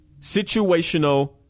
situational